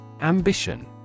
Ambition